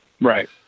Right